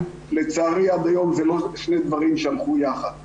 וזה ממש יורד לשפות תכנות,